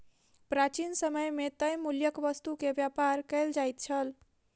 प्राचीन समय मे तय मूल्यक वस्तु के व्यापार कयल जाइत छल